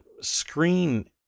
screen